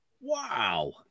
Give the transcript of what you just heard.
wow